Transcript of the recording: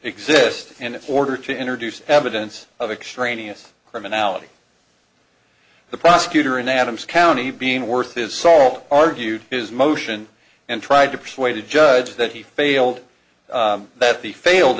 and if order to introduce evidence of extraneous criminality the prosecutor in adams county being worth his salt argued his motion and tried to persuade a judge that he failed that the failed